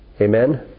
Amen